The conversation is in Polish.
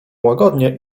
łagodnie